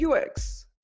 UX